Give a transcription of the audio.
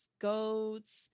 goats